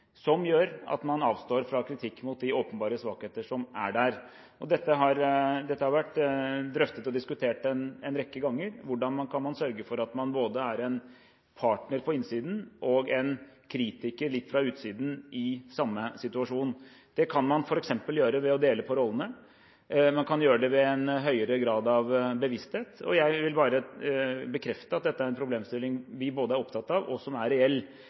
gjør at man avstår fra kritikk av de åpenbare svakheter som er der. Dette har vært drøftet og diskutert en rekke ganger – hvordan kan man sørge for at man er både en partner på innsiden og en kritiker litt fra utsiden, i samme situasjon. Det kan man gjøre f.eks. ved å dele på rollene og ved en høyere grad av bevissthet. Jeg vil bekrefte at dette er en problemstilling vi er opptatt av, og som er reell.